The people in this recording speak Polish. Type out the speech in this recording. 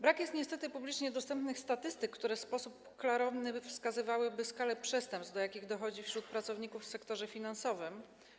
Brak jest niestety publicznie dostępnych statystyk, które w sposób klarowny wskazywałyby skalę przestępstw, do jakich dochodzi wśród pracowników w sektorze finansowym.